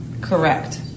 Correct